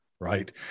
Right